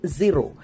zero